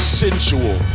sensual